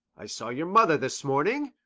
i saw your mother this morning,